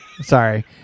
Sorry